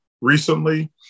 recently